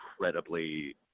incredibly